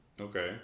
Okay